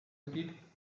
útil